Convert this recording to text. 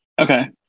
Okay